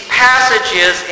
passages